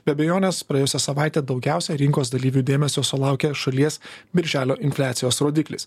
be abejonės praėjusią savaitę daugiausia rinkos dalyvių dėmesio sulaukė šalies birželio infliacijos rodiklis